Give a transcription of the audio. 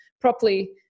properly